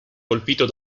colpito